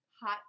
Hot